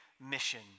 mission